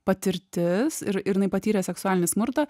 patirtis ir ir jinai patyrė seksualinį smurtą